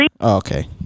okay